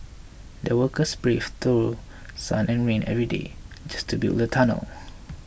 the workers braved through sun and rain every day just to build the tunnel